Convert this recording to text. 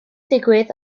digwydd